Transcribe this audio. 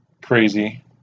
crazy